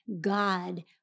God